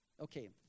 Okay